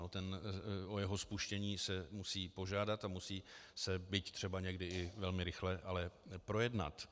O jeho spuštění se musí požádat a musí se, byť třeba někdy i velmi rychle, projednat.